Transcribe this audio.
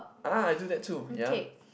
ah I do that too ya